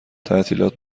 تعطیلات